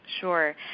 Sure